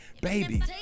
Baby